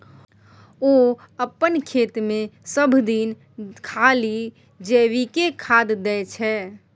ओ अपन खेतमे सभदिन खाली जैविके खाद दै छै